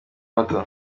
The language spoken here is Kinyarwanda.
muto